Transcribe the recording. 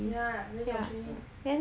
yeah then your training